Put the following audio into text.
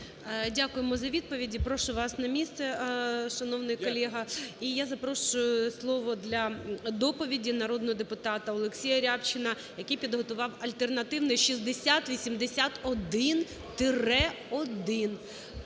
Дякуємо за відповіді. Прошу вас на місце, шановний колега. І я запрошую, слово для доповіді, народного депутата ОлексіяРябчина, який підготував альтернативний, 6081-1.